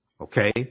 okay